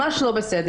ממש לא בסדר.